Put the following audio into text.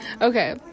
Okay